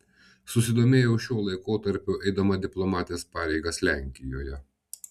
susidomėjau šiuo laikotarpiu eidama diplomatės pareigas lenkijoje